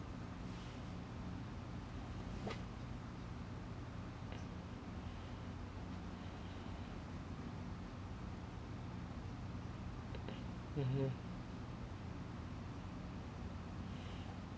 mmhmm